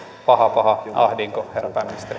paha paha ahdinko herra